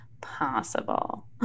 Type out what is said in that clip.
possible